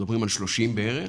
על 30 בערך,